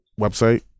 website